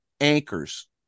anchors